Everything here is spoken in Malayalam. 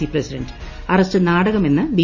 സി പ്രസിഡന്റ് അറസ്റ്റ് നാടകമെന്ന് ബി